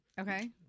Okay